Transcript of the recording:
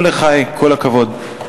כה לחי, כל הכבוד.